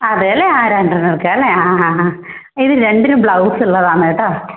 അതെയല്ലേ ആ രണ്ടെണ്ണം എടുക്കാമല്ലേ ആ ആ ആ ഇത് രണ്ടിനും ബ്ളൗസുള്ളതാണ് കേട്ടോ